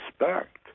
respect